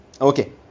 Okay